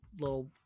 little